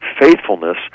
faithfulness